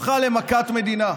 הפכה למכת מדינה.